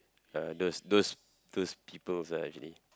uh those those those peoples ah actually